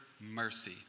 mercy